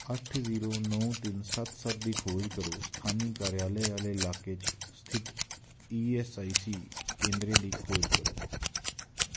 अट्ठ जीरो नौ तिन्न सत्त सत्त दी खोज करो स्थान्नी कार्यालय आह्ले लाके च स्थित ई ऐस आई सी केंदरें दी खोज करो